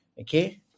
Okay